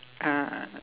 ah